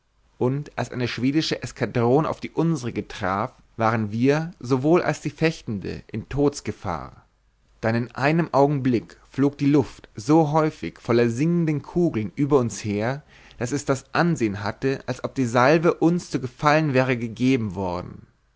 und als eine schwedische eskadron auf die unserige traf waren wir sowohl als die fechtende in todsgefahr dann in einem augenblick flog die luft so häufig voller singenden kugeln über uns her daß es das ansehen hatte als ob die salve uns zu gefallen wäre gegeben worden